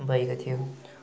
भएको थियो